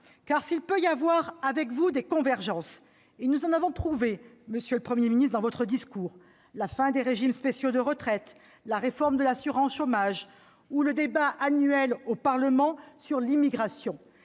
Car s'il peut y avoir avec vous des convergences- nous en avons trouvé dans votre discours, monsieur le Premier ministre : la fin de régimes spéciaux de retraite, la réforme de l'assurance chômage ou le débat annuel au Parlement sur l'immigration